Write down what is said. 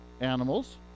animals